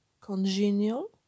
congenial